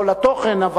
לא לתוכן,